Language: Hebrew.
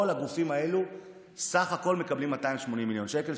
כל הגופים האלה מקבלים בסך הכול 280 מיליון שקל,